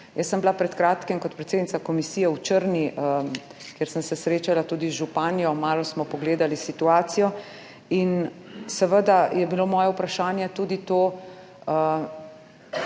Jaz sem bila pred kratkim kot predsednica komisije v Črni, kjer sem se srečala tudi z županjo, malo smo pogledali situacijo in seveda je bilo moje vprašanje tudi to,